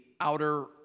outer